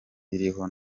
iriho